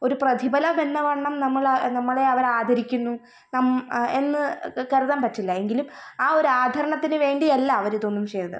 ഒരു പ്രതിഫലം എന്നവണ്ണം നമ്മൾ നമ്മളെ അവരാദരിക്കുന്നു നം എന്ന് ക കരുതാൻ പറ്റില്ല എങ്കിലും ആ ഒരു ആദരണത്തിന് വേണ്ടിയല്ല അവരിതൊന്നും ചെയ്തത്